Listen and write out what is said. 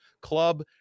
club